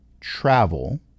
Travel